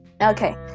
Okay